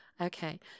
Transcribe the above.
okay